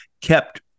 kept